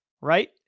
Right